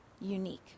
unique